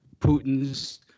Putin's